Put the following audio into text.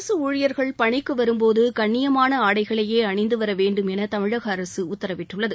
அரசு ஊழியர்கள் பனிக்கு வரும் போது கண்ணியமான ஆடைகளையே அணிந்து வர வேண்டும் என தமிழக அரசு உத்தரவிட்டுள்ளது